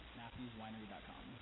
matthewswinery.com